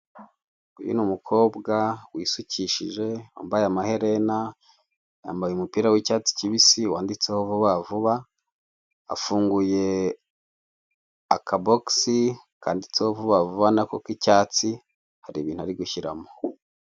Uyu ni umukobwa wisukishije, wambaye amaherena, yambaye umupira w'icyatsi kibisi wanditseho vuba vuba, afunguye akabogisi kanditseho vuba vuba nako k'icyatsi, hari ibintu ari gushyiramo